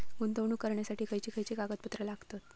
गुंतवणूक करण्यासाठी खयची खयची कागदपत्रा लागतात?